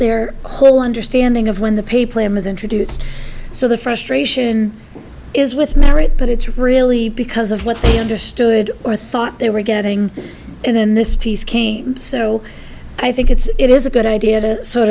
their whole understanding of when the pay plan was introduced so the frustration is with merit but it's really because of what they understood or thought they were getting in this piece so i think it's it is a good idea to sort